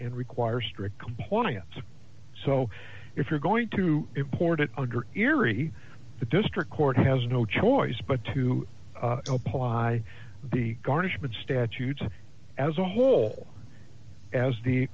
and require strict compliance so if you're going to import it under erie the district court has no choice but to apply the garnishment statutes as a whole as the